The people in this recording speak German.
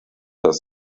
dass